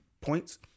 points